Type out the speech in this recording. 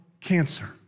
cancer